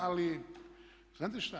Ali znate šta?